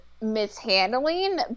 mishandling